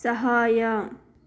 ಸಹಾಯ